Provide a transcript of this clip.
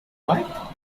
right